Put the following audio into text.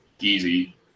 easy